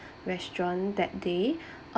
restaurant that day